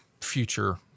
future